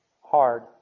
hard